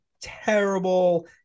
terrible